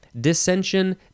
dissension